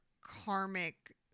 karmic